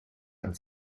als